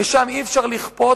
ושם אי-אפשר לכפות,